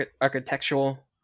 architectural